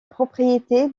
propriété